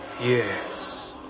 Yes